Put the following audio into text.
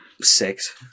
Six